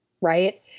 right